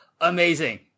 amazing